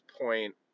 point